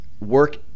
work